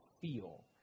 feel